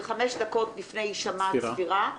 זה חמש דקות לפני הישמע הצפירה.